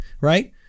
Right